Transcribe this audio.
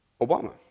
Obama